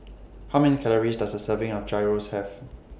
How Many Calories Does A Serving of Gyros Have